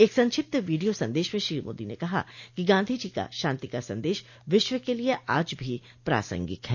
एक संक्षिप्त वीडियो संदेश में श्री मोदी ने कहा कि गांधीजी का शांति का संदेश विश्व के लिए आज भी प्रासंगिक है